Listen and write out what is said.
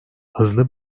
hızlı